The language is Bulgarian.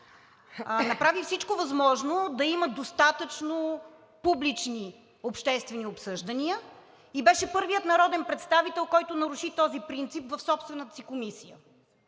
направи всичко възможно да има достатъчно публични обществени обсъждания и беше първият народен представител, който наруши този принцип в собствената си комисия.